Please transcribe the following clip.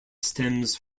stems